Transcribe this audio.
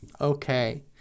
Okay